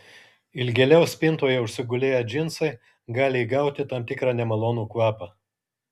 ilgėliau spintoje užsigulėję džinsai gali įgauti tam tikrą nemalonų kvapą